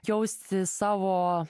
jausti savo